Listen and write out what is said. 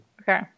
Okay